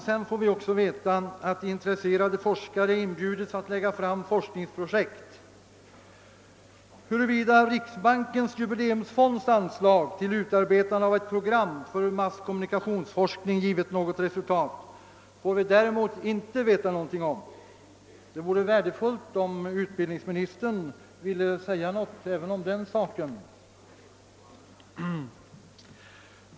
Vi får också reda på att intresserade forskare inbjudits att lägga fram forskningsprojekt. Huruvida riksbankens jubileumsfonds anslag till utarbetande av ett program för masskommunikationsforskning givit något resultat får vi däremot inte veta något om. Det vore värdefullt, om utbildningsministern ville säga något även om den saken.